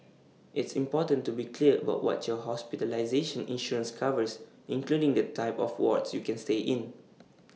it's important to be clear about what your hospitalization insurance covers including the type of wards you can stay in